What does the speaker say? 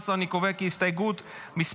16. אני קובע כי הסתייגות 1,